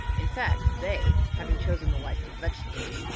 in fact, they, having chosen the life of vegetables,